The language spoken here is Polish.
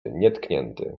nietknięty